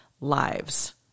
lives